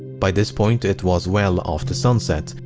by this point, it was well after sunset,